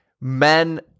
Men